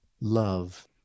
Love